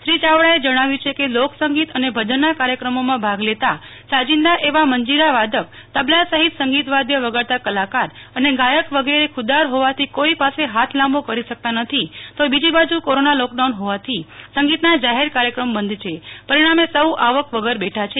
શ્રી ચાવડા એ જણાવ્યું છે કે લોક સંગીત અને ભજનના કાર્યક્રમોમાં ભાગ લેતા સાજિંદા એવા મંજીરા વાદક તબલા સફિત સંગીત વાદ્ય વગાડતા કલાકાર અને ગાયક વગેરે ખુદ્દાર ફોવાથી કોઈ પાસે ફાથ લાંબો કરી શકતા નથી તો બીજી બાજુ કોરોના લોકડાઉન ફોવાથી સંગીત ના જાહેર કાર્યક્રમ બંધ છે પરિણામે સૌ આવક વગર બેઠા છે